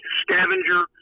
scavenger